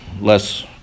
less